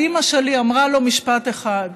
ואימא שלי אמרה לו משפט אחד,